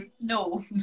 no